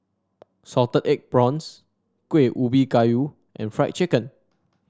Salted Egg Prawns Kuih Ubi Kayu and Fried Chicken